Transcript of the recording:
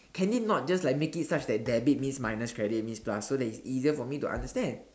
can it not just like make it such that debit means minus credit means plus so that it's easier for me to understand